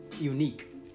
Unique